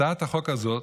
הצעת החוק הזאת